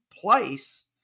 place